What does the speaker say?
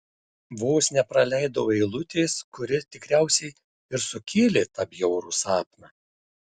vos nepraleidau eilutės kuri tikriausiai ir sukėlė tą bjaurų sapną